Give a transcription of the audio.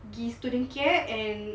the student care and